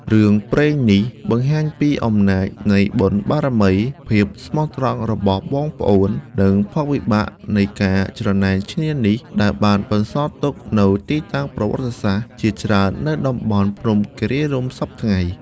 រឿងព្រេងនេះបង្ហាញពីអំណាចនៃបុណ្យបារមី ភាពស្មោះត្រង់របស់បងប្អូន និងផលវិបាកនៃការច្រណែនឈ្នានីស ដែលបានបន្សល់ទុកនូវទីតាំងប្រវត្តិសាស្ត្រជាច្រើននៅតំបន់ភ្នំគិរីរម្យសព្វថ្ងៃ។